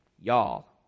Y'all